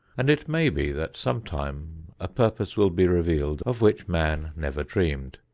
and it may be that sometime a purpose will be revealed of which man never dreamed.